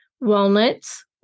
walnuts